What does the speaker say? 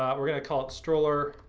um we're gonna call it stroller,